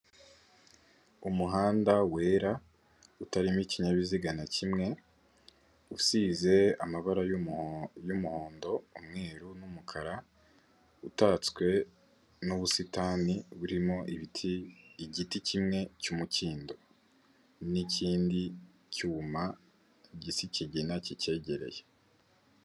Umuhanda wera utarimo ikinyabiziga na kimwe, usize amabara y'umuhondo, umweru n'umukara, utatswe n'ubusitani burimo ibiti, igiti kimwe cy'umukindo n'ikindi cyuma gisa ikigina kicyegereye.